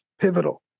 pivotal